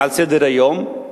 מעל סדר-היום,